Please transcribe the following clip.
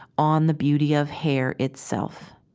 on the beauty of hair itself